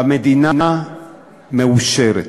והמדינה מאושרת.